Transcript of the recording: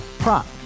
Prop